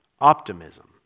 optimism